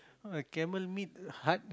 camel meat hard